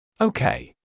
Okay